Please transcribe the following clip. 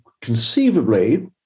conceivably